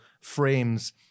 frames